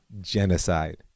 genocide